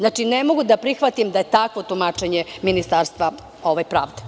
Ne mogu da prihvatim da je takvo tumačenje Ministarstva pravde.